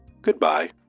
Goodbye